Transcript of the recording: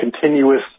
continuous